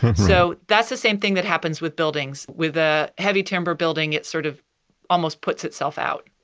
so that's the same thing that happens with buildings. with the heavy timber building, it sort of almost puts itself out.